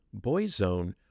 Boyzone